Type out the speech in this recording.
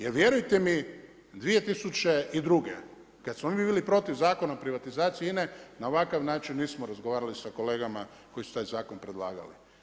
Jer vjerujte mi 2002. kad smo mi bili protiv Zakona o privatizaciji INA-e na ovakav način nismo razgovarali sa kolegama koji su taj zakon predlagali.